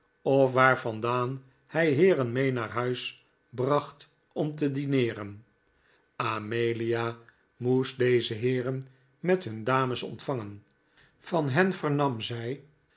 of waar vandaan hij heeren mee naar huis bracht om te dineeren amelia moest deze heeren met hun dames ontvangen van hen vernam zij